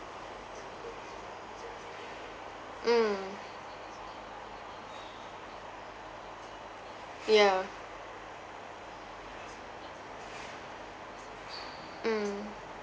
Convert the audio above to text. mm ya mm